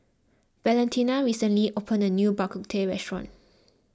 Valentina recently opened a new Bak Kut Teh restaurant